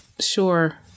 sure